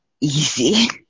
easy